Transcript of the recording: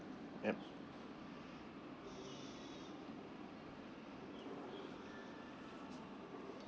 yup